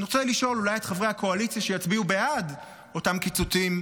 אני רוצה לשאול אולי את חברי הקואליציה שיצביעו בעד אותם קיצוצים: